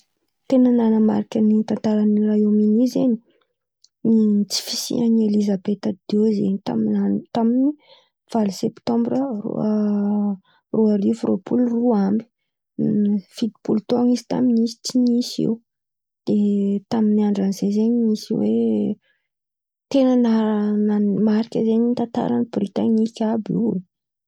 Bôka tamindreô Roaiôme iony àby io zen̈y nisian̈y revôlisiôny indistriely izen̈y anisan̈y raha maventy ary nanôvana raha maro tamy sôsiete ndraiky ekônômia man̈eran-tany raha io tamin'ny fotoan'andra io tamy la sekla efa ele ela e tamy lasekla efa ela ela zen̈y anisan'ny nalaza.